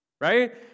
right